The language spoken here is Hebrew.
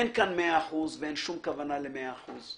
אין כאן מאה אחוז ואין שום כוונה למאה אחוז,